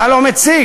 אתה לא מציג.